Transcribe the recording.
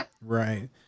Right